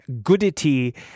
Goodity